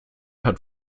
hat